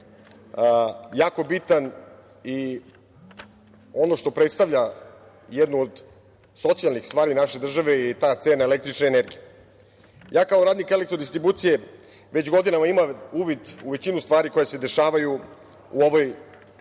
jako bitan i ono što predstavlja jednu od socijalnih stvari naše države je ta cena električne energije. Kao radnik Elektrodistribucije već godinama imam uvid u većinu stvari koje se dešavaju u ovoj,